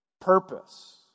Purpose